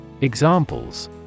Examples